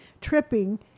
tripping